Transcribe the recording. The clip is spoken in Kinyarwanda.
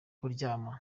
kuryama